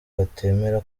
batemera